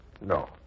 No